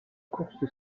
course